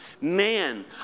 Man